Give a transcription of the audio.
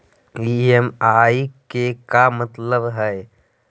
EMI के का मतलब हई?